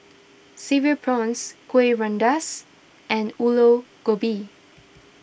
Cereal Prawns Kuih Rengas and Aloo Gobi